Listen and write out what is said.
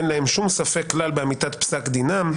להם אין שום ספק כלל באמיתת פסק דינם,